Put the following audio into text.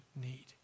need